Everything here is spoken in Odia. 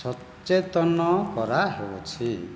ସଚେତନ କରା ହେଉଛି